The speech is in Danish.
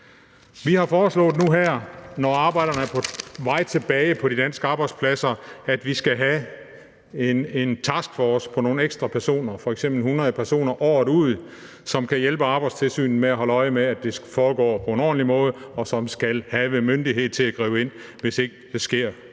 Vi har foreslået nu, hvor arbejderne er på vej tilbage på de danske arbejdspladser, at vi skal have en taskforce på nogle ekstra personer, f.eks. 100 personer, året ud, som kan hjælpe Arbejdstilsynet med at holde øje med, at det foregår på en ordentlig måde, og som skal have myndighed til at gribe ind, hvis ikke det sker